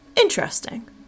Interesting